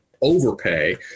overpay